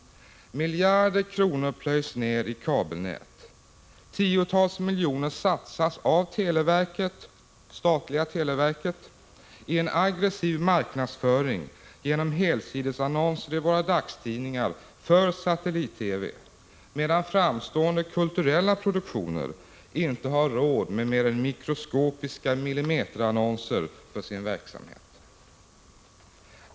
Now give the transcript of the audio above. Miljarder kronor plöjs ner i kabelnät. Tiotals miljoner satsas av statliga televerket i en aggressiv marknadsföring genom helsidesannonser i våra dagstidningar för satellit-TV, medan framstående kulturella produktioner inte har råd med mer än mikroskopiska millimeterannonser för sin verksamhet.